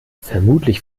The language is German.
vermutlich